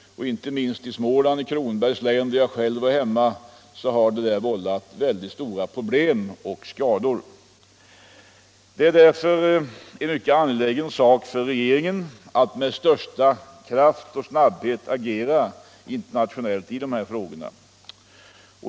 Inte minst i Småland, i Kronobergs län där jag själv hör hemma, har detta redan vållat mycket stora problem och skador. Det måste därför vara en mycket angelägen sak för regeringen att med största kraft och snabbhet agera internationellt.